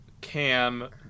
Cam